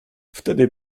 wtedy